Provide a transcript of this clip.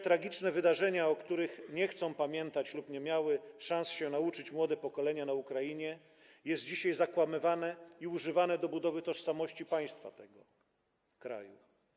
Te tragiczne wydarzenia, o których nie chcą pamiętać lub nie miały szansy się nauczyć młode pokolenia na Ukrainie, są dzisiaj zakłamywane i używane do budowy tożsamości państwa tego kraju.